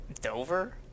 Dover